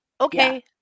Okay